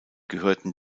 gehörten